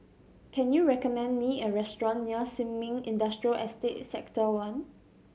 can you recommend me a restaurant near Sin Ming Industrial Estate Sector One